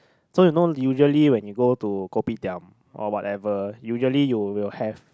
so you know usually when you go to kopitiam or whatever usually you will have